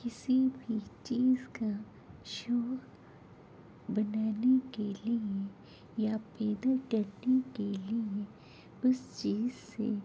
کسی بھی چیز کا شوق بنانے کے لیے یا پھیدر ٹیڈی کے لیے اس چیز سے